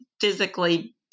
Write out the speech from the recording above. physically